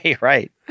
Right